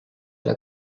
alla